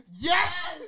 Yes